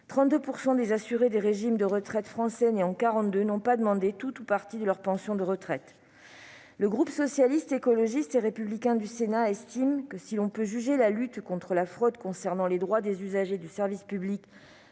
32 % des assurés des régimes de retraite français nés en 1942 n'ont pas demandé tout ou partie de leurs pensions de retraite. Le groupe Socialiste, Écologiste et Républicain du Sénat estime que, si l'on peut juger que la lutte contre la fraude concernant les droits des usagers du service public